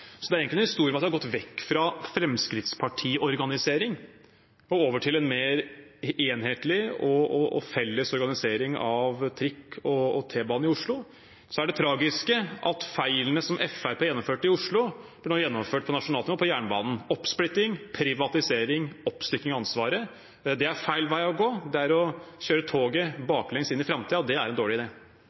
Så det er egentlig en historie om at vi har gått vekk fra Fremskrittsparti-organisering og over til en mer enhetlig og felles organisering av trikk og T-bane i Oslo. Det tragiske er at feilene som Fremskrittspartiet gjennomførte i Oslo, nå blir gjennomført på nasjonalt nivå, på jernbanen – oppsplitting, privatisering, oppstykking av ansvaret. Det er feil vei å gå. Det er å kjøre toget baklengs inn i framtiden, og det er en dårlig